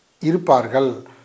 Irpargal